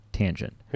tangent